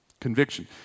Conviction